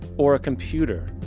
or a computer,